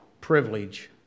privilege